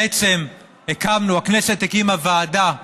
בעצם הכנסת הקימה ועדה ייחודית,